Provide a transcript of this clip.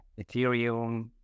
Ethereum